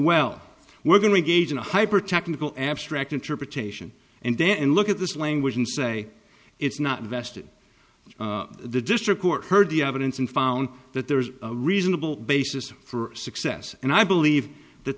well we're going to gauge in a hyper technical abstract interpretation and then look at this language and say it's not vested the district court heard the evidence and found that there is a reasonable basis for success and i believe that